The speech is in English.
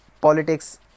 politics